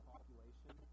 population